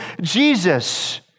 Jesus